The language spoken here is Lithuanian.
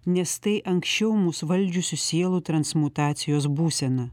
nes tai anksčiau mus valdžiusių sielų transmutacijos būsena